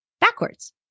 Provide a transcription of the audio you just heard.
backwards